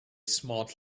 smart